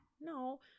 No